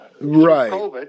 right